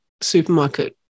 supermarket